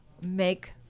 make